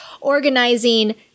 organizing